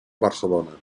barcelona